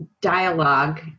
dialogue